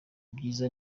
byiza